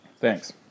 Thanks